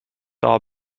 are